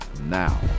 now